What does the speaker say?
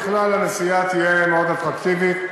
בכלל הנסיעה תהיה מאוד אטרקטיבית.